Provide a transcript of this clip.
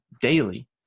daily